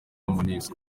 monusco